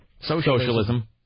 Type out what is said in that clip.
Socialism